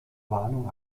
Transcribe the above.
warnung